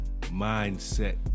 mindset